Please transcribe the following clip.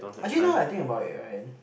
actually now I think about it right